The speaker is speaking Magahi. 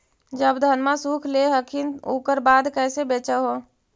जब धनमा सुख ले हखिन उकर बाद कैसे बेच हो?